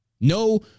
No